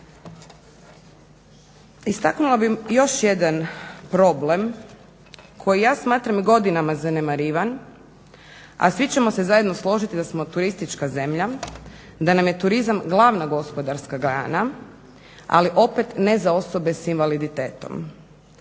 Istaknula bih još jedan problem koji ja smatram godinama zanemarivan, a svi ćemo se zajedno složiti da smo turistička zemlja, da nam je turizam glavna gospodarska grana, ali opet ne za osobe s invaliditetom.